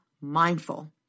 mindful